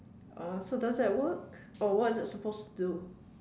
uh so does that work or what is that supposed to